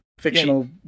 fictional